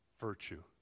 virtue